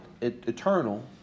eternal